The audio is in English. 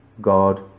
God